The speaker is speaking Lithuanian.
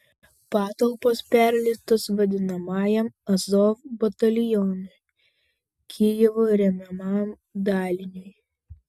patalpos perleistos vadinamajam azov batalionui kijevo remiamam daliniui